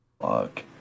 fuck